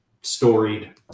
storied